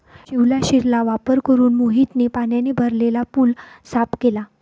शिवलाशिरचा वापर करून मोहितने पाण्याने भरलेला पूल साफ केला